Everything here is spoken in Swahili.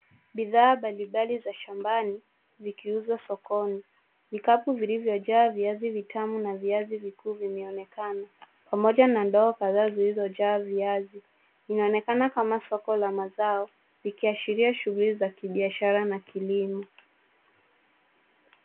Bidhaa mbalimbali za shambani vikiuzwa sokoni. Vikapu vilivyojaa viazi vitamu na viazi vikuu vimeonekana pamoja na ndoo kadhaa zilizojaa viazi. Vinaonekana kama soko la mazao vikiashiria shughuli za kibiashara na kilimo.